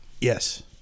Yes